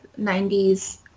90s